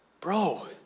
bro